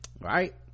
Right